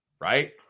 right